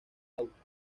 auto